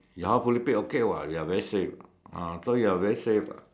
your house fully paid okay [what] you are very safe ah so you are very safe